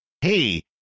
hey